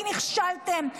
כי נכשלתם,